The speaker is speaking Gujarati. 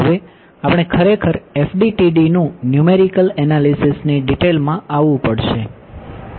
હવે આપણે ખરેખર FDTD નું ન્યૂમેરિકલ એનાલિસિસ ની ડિટેલમાં આવવું પડશે